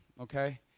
okay